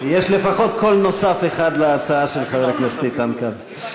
יש לפחות קול נוסף אחד להצעה של חבר הכנסת איתן כבל.